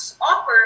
offer